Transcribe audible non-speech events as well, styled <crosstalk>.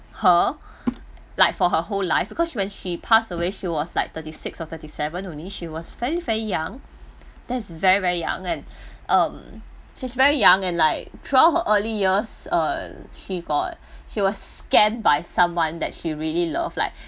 her <noise> like for her whole life because when she pass away <noise> she was like thirty six or thirty seven only she was fairly fairly young that's very very young and <breath> um she's very young and like throughout her early years err she got she was scam by someone that she really love like